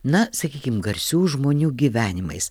na sakykim garsių žmonių gyvenimais